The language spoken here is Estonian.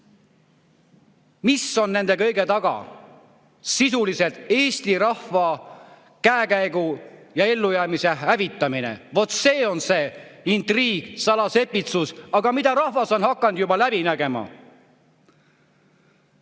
Mis on nende kõigi taga? Sisuliselt Eesti rahva käekäigu ja ellujäämise hävitamine! Vot see on see intriig, salasepitsus, aga mida rahvas on hakanud juba läbi nägema! Ma